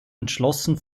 entschlossen